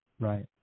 right